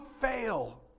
fail